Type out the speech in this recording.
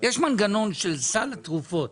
יש מנגנון של סל התרופות,